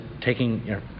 taking